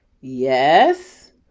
yes